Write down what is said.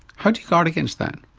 how do you guard against that?